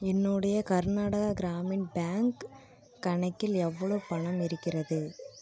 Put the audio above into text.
என்னுடைய கர்நாடகா கிராமின் பேங்க் கணக்கில் எவ்வளவு பணம் இருக்கிறது